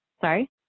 Sorry